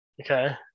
Okay